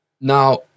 now